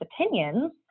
opinions